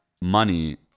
money